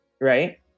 right